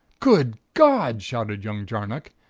good god! shouted young jarnock,